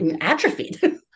atrophied